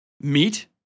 meat